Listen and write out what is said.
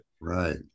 Right